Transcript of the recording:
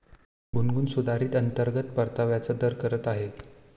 गुनगुन सुधारित अंतर्गत परताव्याचा दर करत आहे